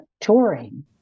touring